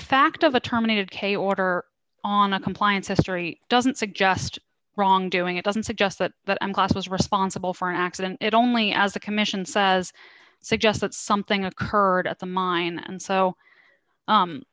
fact of the terminated k order on a compliance history doesn't suggest wrongdoing it doesn't suggest that but i'm cautious responsible for an accident it only as the commission says suggests that something occurred at the mine and so